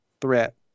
threat